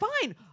Fine